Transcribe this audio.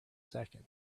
seconds